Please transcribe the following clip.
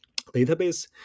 Database